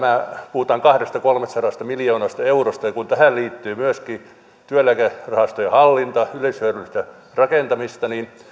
puhutaan kahdestasadasta viiva kolmestasadasta miljoonasta eurosta ja kun tähän liittyy myöskin työeläkerahastojen hallinta yleishyödyllistä rakentamista niin